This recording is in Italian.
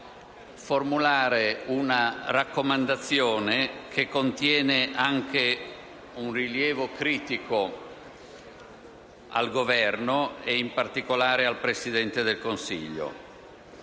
formulare una raccomandazione che contiene anche un rilievo critico al Governo, e in particolare al Presidente del Consiglio.